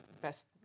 best